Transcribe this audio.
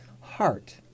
heart